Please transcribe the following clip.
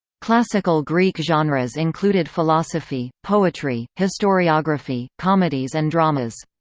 classical greek genres included philosophy, poetry, historiography, comedies and dramas.